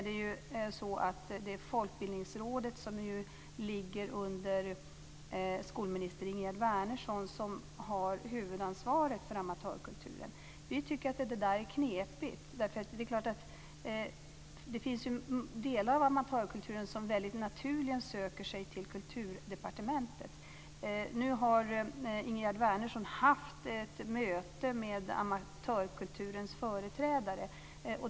Det är Folkbildningsrådet, som ligger under skolministern Ingegerd Wärnersson, som har huvudansvaret för amatörkulturen. Vi tycker att det där är knepigt. Det finns ju delar i amatörkulturen som väldigt naturligen söker sig till Kulturdepartementet. Nu har Ingegerd Wärnersson haft ett möte med amatörkulturens företrädare.